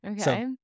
Okay